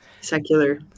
Secular